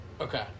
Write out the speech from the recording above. Okay